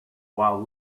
while